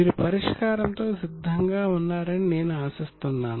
మీరు పరిష్కారంతో సిద్ధంగా ఉన్నారని నేను ఆశిస్తున్నాను